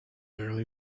early